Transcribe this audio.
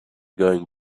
going